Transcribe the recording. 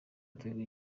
aterwa